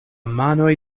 manoj